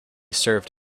served